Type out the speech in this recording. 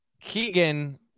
Keegan